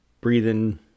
breathing